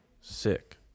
Sick